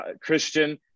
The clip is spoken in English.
Christian